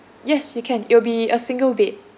yes you can it'll be a single bed